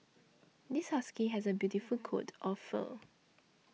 this husky has a beautiful coat of fur